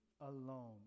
alone